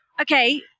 okay